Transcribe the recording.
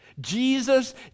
Jesus